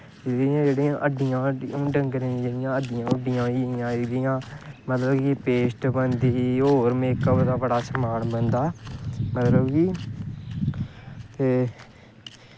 डंगरें दियां हून हड्डियां हुड्डियां होई गेइयां मतलब पेस्ट बनदी होर बड़ा मेकअप दा समान बनदा मतबव कि एह्